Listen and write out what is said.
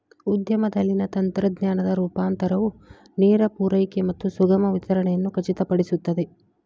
ಉದ್ಯಮದಲ್ಲಿನ ತಂತ್ರಜ್ಞಾನದ ರೂಪಾಂತರವು ನೇರ ಪೂರೈಕೆ ಮತ್ತು ಸುಗಮ ವಿತರಣೆಯನ್ನು ಖಚಿತಪಡಿಸುತ್ತದೆ